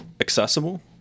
accessible